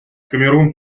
камерун